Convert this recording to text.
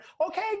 Okay